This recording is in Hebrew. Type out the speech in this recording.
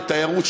לתיירות,